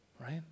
right